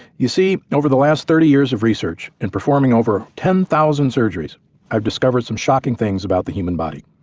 you see, and over the last thirty years of research and performing over ten thousand surgeries i've discovered some shocking things about the human body,